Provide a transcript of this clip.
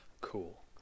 Cool